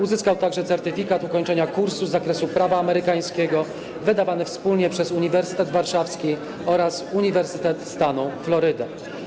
Uzyskał także certyfikat ukończenia kursu z zakresu prawa amerykańskiego wydawany wspólnie przez Uniwersytet Warszawski oraz Uniwersytet Stanu Floryda.